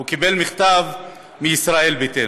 הוא קיבל מכתב מישראל ביתנו.